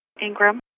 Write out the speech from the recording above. Ingram